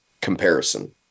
comparison